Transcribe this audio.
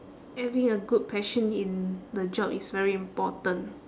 having a good passion in the job is very important